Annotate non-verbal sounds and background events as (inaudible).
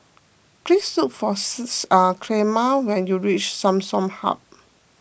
please look for (unintelligible) Clemma when you reach Samsung Hub